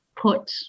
put